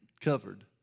covered